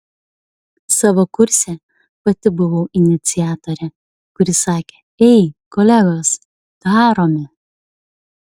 savo kurse pati buvau iniciatorė kuri sakė ei kolegos darome